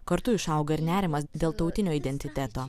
kartu išauga ir nerimas dėl tautinio identiteto